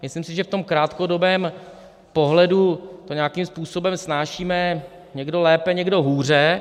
Myslím si, že v krátkodobém pohledu to nějakým způsobem snášíme, někdo lépe, někdo hůře.